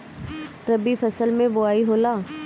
रबी फसल मे बोआई होला?